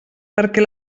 perquè